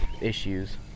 issues